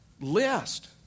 list